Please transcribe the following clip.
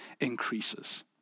increases